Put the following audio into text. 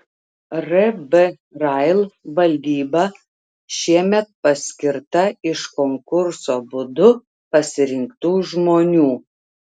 rb rail valdyba šiemet paskirta iš konkurso būdu pasirinktų žmonių